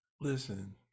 Listen